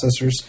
processors